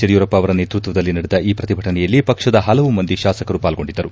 ಯಡಿಯೂರಪ್ಪ ಅವರ ನೇತೃತ್ವದಲ್ಲಿ ನಡೆದ ಈ ಪ್ರತಿಭಟನೆಯಲ್ಲಿ ಪಕ್ಷದ ಹಲವು ಮಂದಿ ಶಾಸಕರು ಪಾಲ್ಗೊಂಡಿದ್ದರು